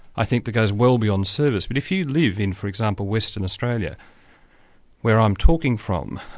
i think, that goes well beyond service. but if you live in, for example, western australia where i'm talking from,